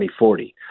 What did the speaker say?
2040